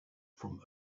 from